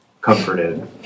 comforted